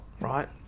right